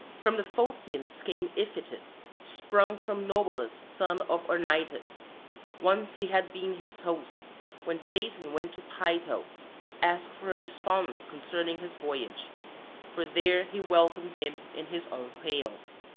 from the phocians came iphitus sprung from naubolus son of ornytus once he had been his host when jason went to pytho to ask for a response concerning his voyage for there he welcomed him in his own hails.